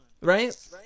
right